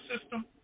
system